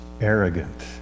arrogant